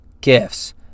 gifts